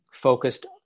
focused